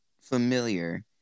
familiar